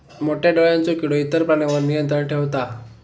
मोठ्या डोळ्यांचो किडो इतर प्राण्यांवर नियंत्रण ठेवता